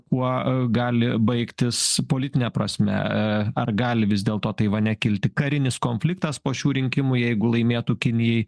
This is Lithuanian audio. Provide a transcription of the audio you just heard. kuo gali baigtis politine prasme a ar gali vis dėlto taivane kilti karinis konfliktas po šių rinkimų jeigu laimėtų kinijai